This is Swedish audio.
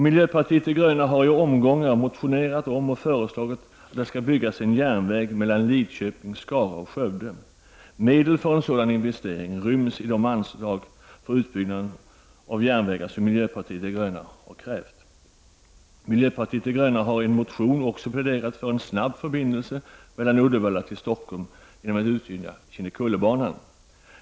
Miljöpartiet de gröna har i omgångar motionerat om och föreslagit att det skall byggas en järnväg mellan Lidköping— Skara och Skövde. Medel för en sådan investering ryms i de anslag för utbyggnad av järnvägen som miljöpartiet de gröna har krävt. Miljöpartiet de gröna har i motion också pläderat för en snabb förbindelse från Uddevalla till Stockholm genom att utnyttja Kinnekullebanan.